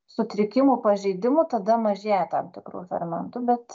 sutrikimų pažeidimų tada mažėja tam tikrų fermentų bet